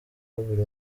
buri